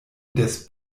des